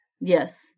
Yes